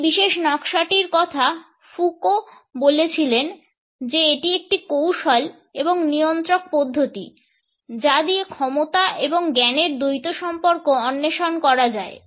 এই বিশেষ নকশাটির কথা ফুকো বলেছিলেন যে এটি একটি কৌশল এবং নিয়ন্ত্রক পদ্ধতি যা দিয়ে ক্ষমতা এবং জ্ঞানের দ্বৈত সম্পর্ক অন্বেষণ করার যায়